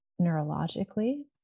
neurologically